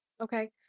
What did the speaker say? Okay